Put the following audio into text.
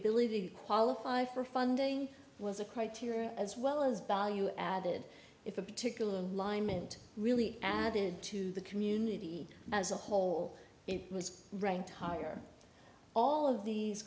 ability to qualify for funding was a criteria as well as bally you added if a particular alignment really added to the community as a whole it was ranked higher all of these